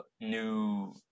new